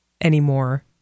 anymore